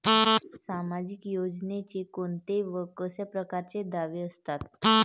सामाजिक योजनेचे कोंते व कशा परकारचे दावे असतात?